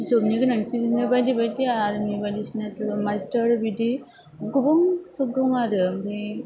जबनि गोनांथिनिनो बायदि बायदि आरमि बायदिसिना सोरबा मास्टार बिदि गुबुन जब दं आरो ओमफाय